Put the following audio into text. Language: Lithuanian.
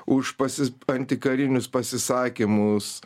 už pasi antikarinius pasisakymus